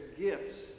gifts